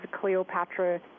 Cleopatra